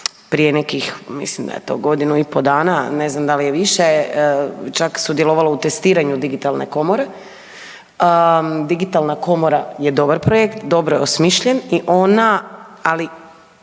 prije nekih mislim godinu i pol dana, ne znam da li je više, čak sudjelovala u testiranju digitalne komore. Digitalna komora je dobar projekt, dobro je osmišljen i ona, ali